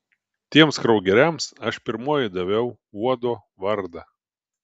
tiems kraugeriams aš pirmoji daviau uodo vardą